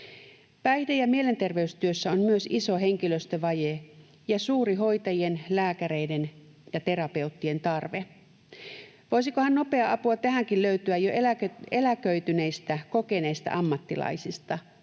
Päihde- ja mielenterveystyössä on myös iso henkilöstövaje ja suuri hoitajien, lääkäreiden ja terapeuttien tarve. Voisikohan nopeaa apua tähänkin löytyä jo eläköityneistä, kokeneista ammattilaisista?